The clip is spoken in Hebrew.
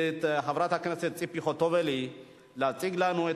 חברת הכנסת ציפי חוטובלי להציג לנו את